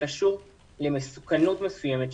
שקשור למסוכנות מסוימת,